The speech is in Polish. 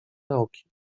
nauki